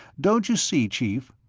don't you see, chief?